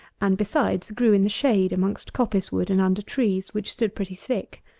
and, besides, grew in the shade amongst coppice-wood and under trees, which stood pretty thick.